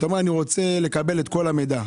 אתה אומר שאתה רוצה לקבל את כל המידע.